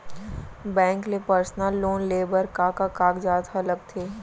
Bank ले personal loan लेये बर का का कागजात ह लगथे?